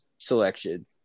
selection